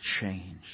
change